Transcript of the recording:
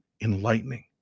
enlightening